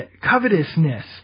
covetousness